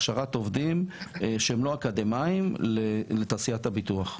הכשרת עובדים שהם לא אקדמאים לתעשיית הביטוח.